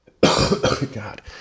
God